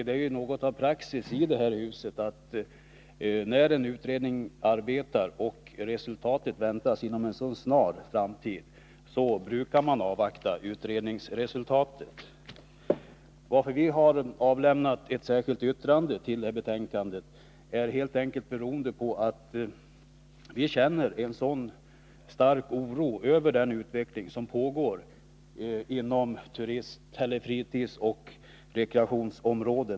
Det är något av praxis i det här huset att avvakta utredningsresultat, när en utredning håller på med sitt arbete och resultatet väntas föreligga inom en snar framtid. Att vi avgivit ett särskilt yttrande, som fogats till betänkandet, Nr 37 beror helt enkelt på att vi känner stark oro över utvecklingen inom fritidsoch rekreationsområdet.